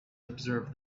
observe